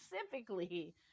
specifically